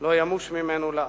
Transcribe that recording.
לא ימוש ממנו לעד.